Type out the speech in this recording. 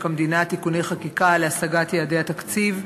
המדינה (תיקוני חקיקה להשגת יעדי התקציב)